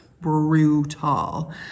brutal